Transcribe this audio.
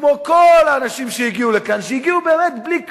כמו כל האנשים שהגיעו לכאן, שהגיעו באמת בלי כלום,